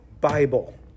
Bible